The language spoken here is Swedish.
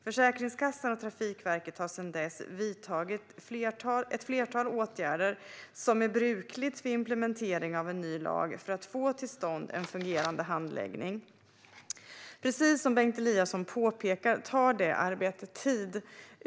Försäkringskassan och Trafikverket har sedan dess vidtagit ett flertal åtgärder, som är brukligt vid implementering av ny lag för att få till stånd en fungerande handläggning. Precis som Bengt Eliasson påpekar tar det arbetet tid.